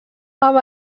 amb